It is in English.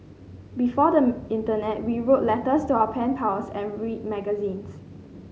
before them internet we wrote letters to our pen pals and read magazines